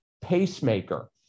pacemaker